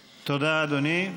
תודה, אדוני.